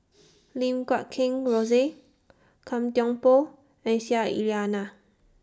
Lim Guat Kheng Rosie Gan Thiam Poh and Aisyah Lyana